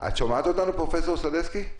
פרופ' סדצקי,